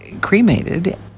cremated